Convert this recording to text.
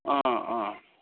अँ अँ